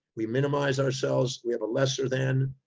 we minimize ourselves. we have a lesser than.